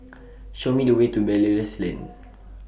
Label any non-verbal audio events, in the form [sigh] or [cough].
[noise] Show Me The Way to Belilios Lane [noise]